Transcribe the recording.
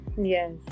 Yes